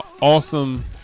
awesome